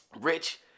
Rich